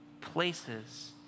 places